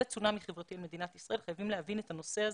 זה צונאמי חברתי למדינת ישראל וחייבים להבין את הנושא הזה,